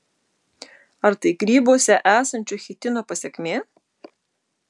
ar tai grybuose esančio chitino pasekmė